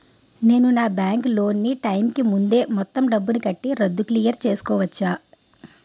నేను నా bank loan నీ టైం కీ ముందే మొత్తం డబ్బుని కట్టి రద్దు క్లియర్ చేసుకోవచ్చా?